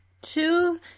two